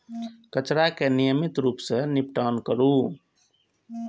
कचरा के नियमित रूप सं निपटान करू